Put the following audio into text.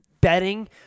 betting